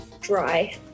dry